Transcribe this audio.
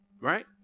Right